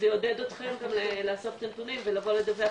ולעודד אתכם לאסוף נתונים ולבוא לדווח